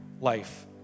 life